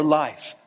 life